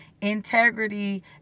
integrity